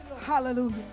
Hallelujah